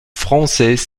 français